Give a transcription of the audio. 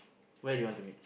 where do you want to meet